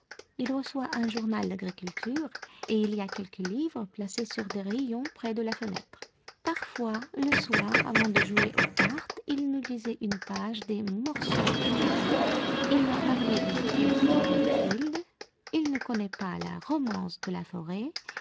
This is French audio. il reçoit un journal d'agriculture et il y a quelques livres placés sur des rayons près de la fenêtre parfois le soir avant de jouer aux cartes il nous lisait une page des morceaux choisis il m'a parlé du vicaire de wakefield il ne connaît pas la romance de la forêt